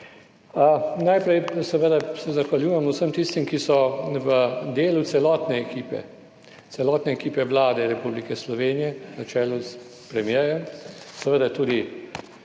Najprej seveda se zahvaljujem vsem tistim, ki so v delu celotne ekipe, celotne ekipe Vlade Republike Slovenije na čelu s premierjem, seveda tudi